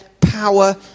power